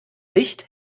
licht